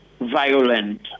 violent